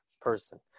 person